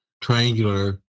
triangular